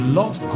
love